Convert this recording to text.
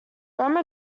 rome